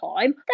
time